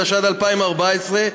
התשע"ד 2014,